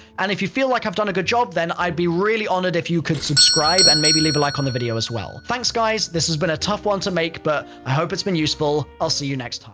and, if you feel like i've done a good job, then i'd be really honored if you could subscribe, and maybe leave a like on the video as well. thanks guys! this has been a tough one to make, but i hope it's been useful. i'll see you next time.